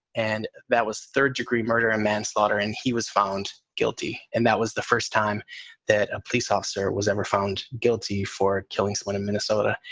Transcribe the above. and that was third degree murder and manslaughter. and he was found guilty. and that was the first time that a police officer was ever found guilty for killing someone in minnesota.